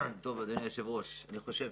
אדוני היושב-ראש, אני חושב